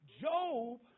Job